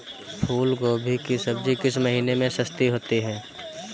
फूल गोभी की सब्जी किस महीने में सस्ती होती है?